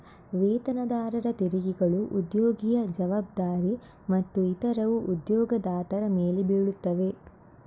ವೇತನದಾರರ ತೆರಿಗೆಗಳು ಉದ್ಯೋಗಿಯ ಜವಾಬ್ದಾರಿ ಮತ್ತು ಇತರವು ಉದ್ಯೋಗದಾತರ ಮೇಲೆ ಬೀಳುತ್ತವೆ